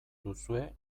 duzue